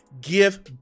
give